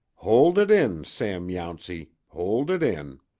hold it in, sam yountsey, hold it in!